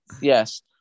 yes